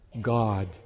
God